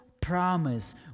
promise